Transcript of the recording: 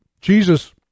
Jesus